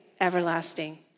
Everlasting